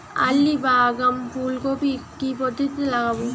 Early বা আগাম ফুল কপি কি পদ্ধতিতে লাগাবো?